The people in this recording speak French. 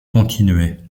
continuaient